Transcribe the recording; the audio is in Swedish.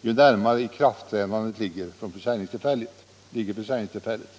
ju närmare ikraftträdandet ligger försäljningstillfället.